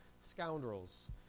scoundrels